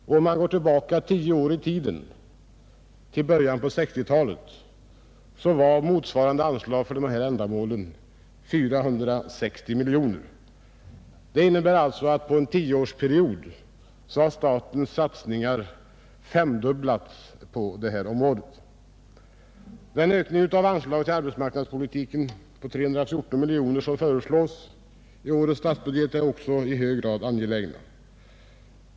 Om man går tillbaka tio år i tiden, till början av 1960-talet, ser man att motsvarande anslag för dessa ändamål var 460 miljoner. Det innebär att på en tioårsperiod har statens satsningar femdubblats på detta område. Den ökning av anslagen till arbetsmarknadspolitiken med 340 miljoner kronor som föreslås i årets statsbudget är också i hög grad angelägen.